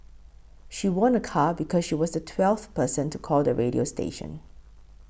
she won a car because she was the twelfth person to call the radio station